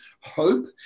hope